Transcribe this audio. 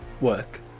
work